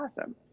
awesome